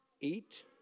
eat